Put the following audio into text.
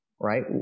right